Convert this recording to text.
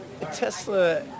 Tesla